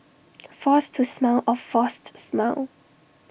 force to smile A forced smile